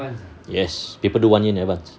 yes people do one year in advance